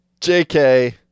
JK